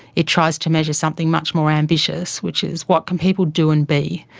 it tries to measure something much more ambitious, which is what can people do and be.